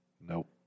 Nope